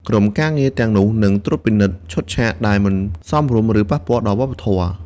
ក្រុមការងារទាំងនោះនឹងត្រួតពិនិត្យឈុតឆាកដែលមិនសមរម្យឬប៉ះពាល់ដល់វប្បធម៌។